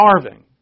starving